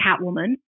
Catwoman